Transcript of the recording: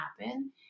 happen